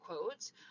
quotes